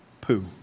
poo